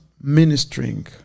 ministering